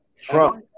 Trump